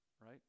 right